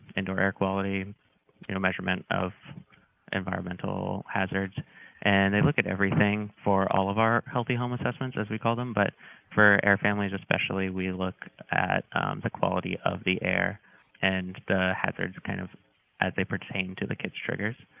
indoor air quality you know measurement of environmental hazards and they look at everything for all of our healthy home assessments, as we call them, but for air families especially, we look at the quality of the air and the hazards kind of as they pertain to the kids' triggers.